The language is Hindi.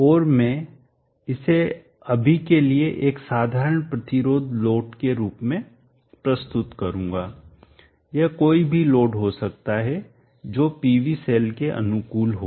और मैं इसे अभी के लिए एक साधारण प्रतिरोध लोड के रूप में प्रस्तुत करूंगा यह कोई भी लोड हो सकता है जो पीवी सेल के अनुकूल हो